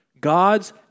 God's